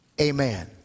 Amen